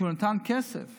הוא נתן כסף